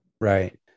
Right